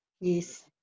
Yes